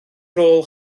rôl